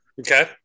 Okay